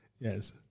Yes